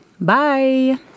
Bye